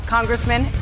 Congressman